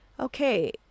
Okay